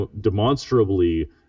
demonstrably